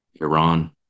iran